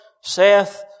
saith